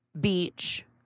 beach